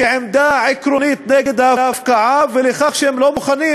כעמדה עקרונית נגד ההפקעה ולהראות כך שהם לא מוכנים